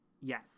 Yes